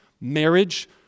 marriage